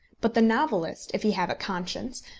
but the novelist, if he have a conscience,